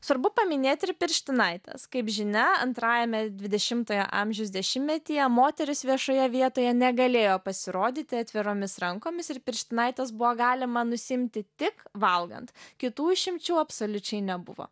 svarbu paminėti ir pirštinaites kaip žinia antrajame dvidešimtojo amžiaus dešimtmetyje moterys viešoje vietoje negalėjo pasirodyti atviromis rankomis ir pirštinaites buvo galima nusiimti tik valgant kitų išimčių absoliučiai nebuvo